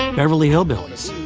beverly hillbillies,